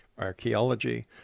archaeology